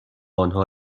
آنها